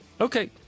Okay